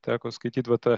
teko skaityt vat tą